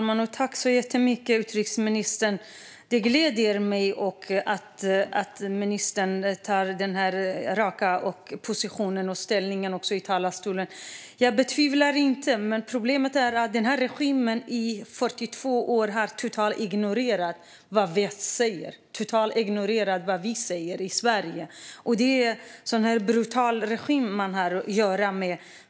Fru talman! Det gläder mig att ministern har denna raka position och ställning också i talarstolen. Jag betvivlar inte detta. Men problemet är att denna regim i 42 år totalt har ignorerat vad vi i Sverige säger. Det är en brutal regim vi har att göra med.